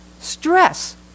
stress